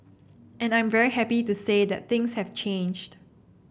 and I'm very happy to say that things have changed